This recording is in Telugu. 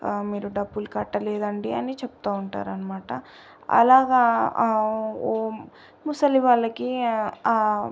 మీరు డబ్బులు కట్టలేదండి అని చెప్తూ ఉంటారు అనమాట అలాగా ఓ ముసలి వాళ్ళకి